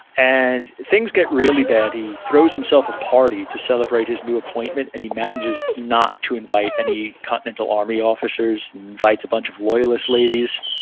and things get really bad. he throws himself a party to celebrate his new appointment, and he manages not to invite any continental army officers. he invites a bunch of loyalist ladies,